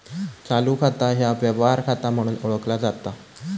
चालू खाता ह्या व्यवहार खाता म्हणून ओळखला जाता